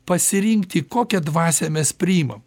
pasirinkti kokią dvasią mes priimam